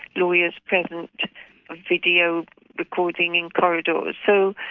lawyers present, and video recording in corridors. so